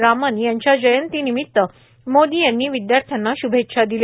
रामन यांच्या जयंतीनिमित्त मोदी यांनी विद्यार्थ्यांना श्भेच्छा दिल्या